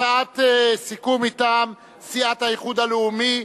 הצעת סיכום מטעם סיעת האיחוד הלאומי.